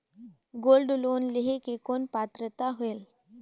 Gold loan लेहे के कौन पात्रता होएल?